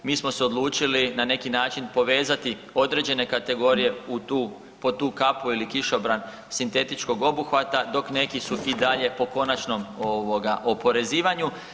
Mi smo se odlučili na neki način povezati određene kategorije u tu, pod tu kapu ili kišobran sintetičkog obuhvata dok neki su i dalje po konačnom ovoga oporezivanju.